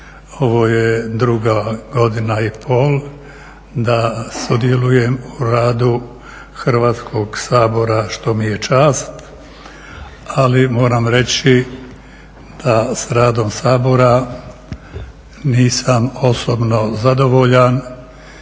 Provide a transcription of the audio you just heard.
Ovo je druga godina i pol da sudjelujem u radu Hrvatskog sabora što mi je čast, ali moram reći da s radom Sabora nisam osobno zadovoljan